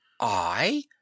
I